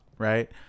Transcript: Right